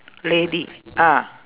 lady ah